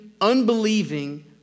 unbelieving